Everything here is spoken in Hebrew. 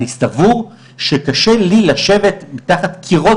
אני סבור שקשה לי לשבת בין קירות,